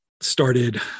started